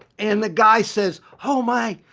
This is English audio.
and the guy says, oh my,